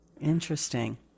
Interesting